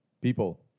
People